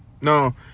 No